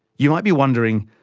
you might be wondering,